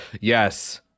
yes